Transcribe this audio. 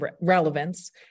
relevance